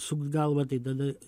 sukt galva tai tada